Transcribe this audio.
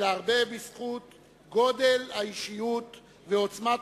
אלא הרבה בזכות גודל האישיות ועוצמת